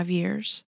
years